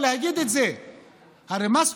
שנה.